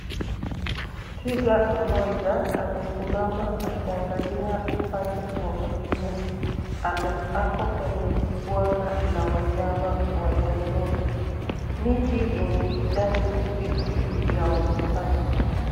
Twiga mmoja amesimama akiangalia upande wa kulia. Amekaa kwenye mbuga la wanyama wa Nairobi. Miti yenye kijani kibichi inaonekana.